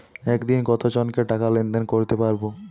একদিন কত জনকে টাকা লেনদেন করতে পারবো?